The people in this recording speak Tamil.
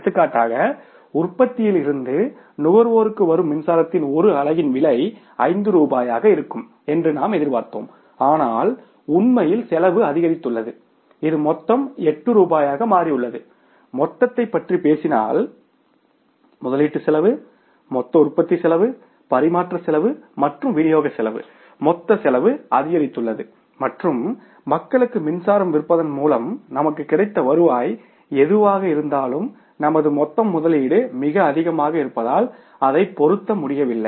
எடுத்துக்காட்டாக உற்பத்தியில் இருந்து நுகர்வோருக்கு வரும் மின்சாரத்தின் ஒரு அலகின் விலை ஐந்து ரூபாயாக இருக்கும் என்று நாம் எதிர்பார்த்தோம் ஆனால் உண்மையில் செலவு அதிகரித்துள்ளது இது மொத்தம் எட்டு ரூபாயாக மாறியுள்ளது மொத்தத்தைப் பற்றி பேசினால் முதலீட்டு செலவு மொத்த உற்பத்தி செலவு பரிமாற்ற செலவு மற்றும் விநியோக செலவு மொத்த செலவு அதிகரித்துள்ளது மற்றும் மக்களுக்கு மின்சாரம் விற்பதன் மூலம் நமக்கு கிடைத்த வருவாய் எதுவாக இருந்தாலும் நமது மொத்த முதலீடு மிக அதிகமாக இருப்பதால் அதை பொருத்த முடியவில்லை